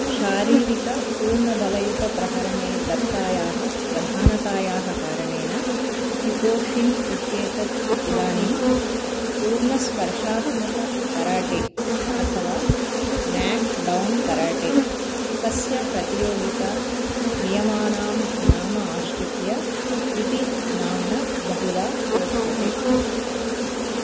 शारीरिकपूर्णबलयुतप्रहरणे दत्तायाः प्रधानतायाः कारणेन क्यु कोशिन् इत्येतत् इदानीम् पूर्णस्पर्शात्मकं कराटे अथवा नेक् डौन् कराटे तस्य प्रतियोगितानियमानां नाम आश्रित्य इति नाम्ना बहुदा प्रोच्यते